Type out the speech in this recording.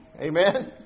Amen